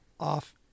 off